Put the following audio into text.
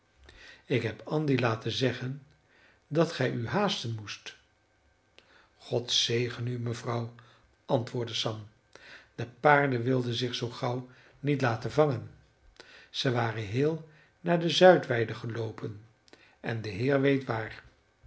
ik heb andy laten zeggen dat gij u haasten moest god zegene u mevrouw antwoordde sam de paarden wilden zich zoo gauw niet laten vangen zij waren heel naar de zuidweide geloopen en de heer weet waar